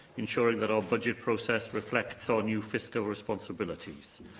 ensuring that our budget process reflects our new fiscal responsibilities.